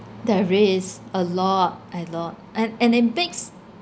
there is a lot a lot and and it makes